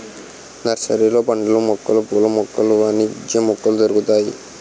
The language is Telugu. నర్సరీలలో పండ్ల మొక్కలు పూల మొక్కలు వాణిజ్య మొక్కలు దొరుకుతాయి